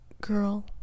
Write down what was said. girl